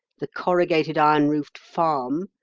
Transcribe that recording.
the corrugated-iron roofed farm,